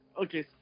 okay